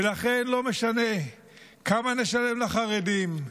ולכן, לא משנה כמה נשלם לחרדים,